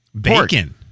Bacon